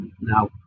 Now